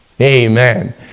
Amen